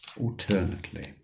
alternately